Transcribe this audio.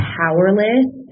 powerless